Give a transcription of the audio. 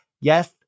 yes